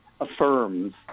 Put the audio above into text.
affirms